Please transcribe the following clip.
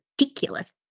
ridiculous